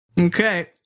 okay